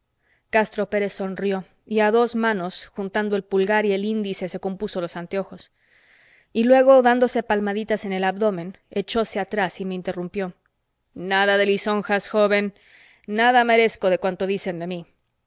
castro pérez sonrió y a dos manos juntando el pulgar y el índice se compuso los anteojos y luego dándose palmaditas en el abdómen echóse atrás y me interrumpió nada de lisonjas joven nada merezco de cuanto dicen de mí